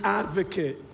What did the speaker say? advocate